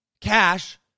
cash